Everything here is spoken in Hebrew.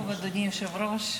אדוני היושב-ראש,